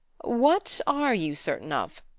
what are you certain of?